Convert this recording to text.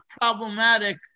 problematic